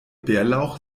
bärlauch